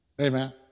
Amen